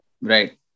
Right